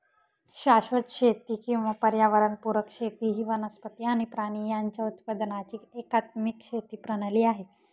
शाश्वत शेती किंवा पर्यावरण पुरक शेती ही वनस्पती आणि प्राणी यांच्या उत्पादनाची एकात्मिक शेती प्रणाली आहे